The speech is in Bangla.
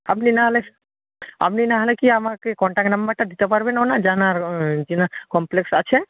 আপনি না হলে আপনি না হলে কি আমাকে কন্টাক্ট নাম্বারটা দিতে পারবেন ওনার জানা চেনা কম্পপ্লেক্স আছে